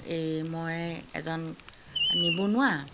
এই মই এজন নিবনুৱা